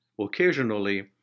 Occasionally